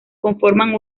conforman